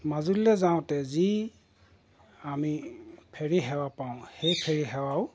মাজুলীলৈ যাওঁতে যি আমি ফেৰী সেৱা পাওঁ সেই ফেৰী সেৱাও